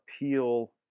appeal